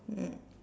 mm